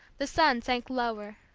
the sun sank lower,